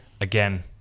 Again